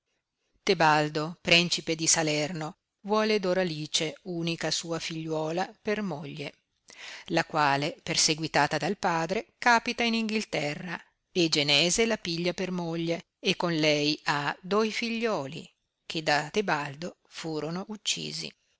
tebaldo prencipe di salerno vuole doralice unica sua figliuola per moglie la quale perseguitata dal padre capita in inghilterra e ctenese la piglia per moglie e con lei ha doi figliuoli che da tebaldo furono uccisi